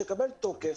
שיקבל תוקף,